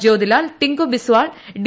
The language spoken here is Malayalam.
ജ്യോതിലാൽ ടിങ്കു ബിസ്വാൾ ഡി